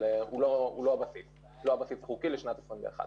אבל התקציב המאושר בסוף שנה עמד על 1.66 מיליארד.